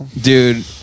dude